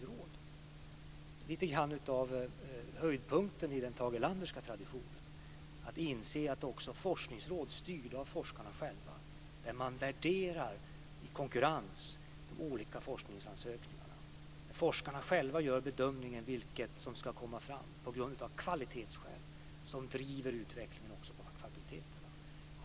Det är lite grann höjdpunkten i den Tage Erlanderska traditionen att inse att forskningsråd styrda av forskarna själva, där man värderar i konkurrens de olika forskningsansökningarna, där forskarna själva på grundval av kvalitet bedömer vad som ska komma fram, driver utvecklingen framåt på fakulteterna.